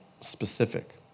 specific